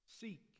Seek